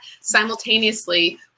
simultaneously